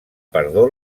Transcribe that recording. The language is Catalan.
perdó